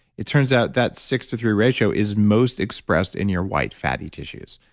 it turns out that six three ratio is most expressed in your white fatty tissues.